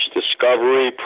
discovery